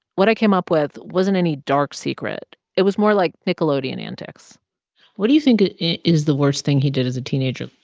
what i came up with wasn't any dark secret. it was more like nickelodeon antics what do you think is the worst thing he did as a teenager?